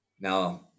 Now